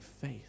faith